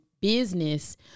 business